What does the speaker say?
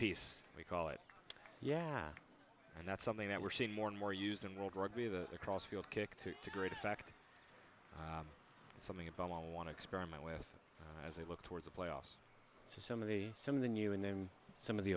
piece we call it yeah and that's something that we're seeing more and more used in world rugby the across a field kick to to great effect and something about i want to experiment with as i look towards the playoffs to some of the some of the new and then some of the